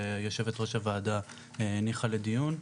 שיושבת-ראש הוועדה הניחה לדיון,